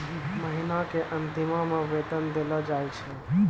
महिना के अंतिमो मे वेतन देलो जाय छै